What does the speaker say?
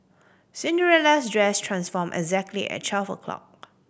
Cinderella's dress transformed exactly at twelve o'clock